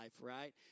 right